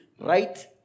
right